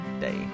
day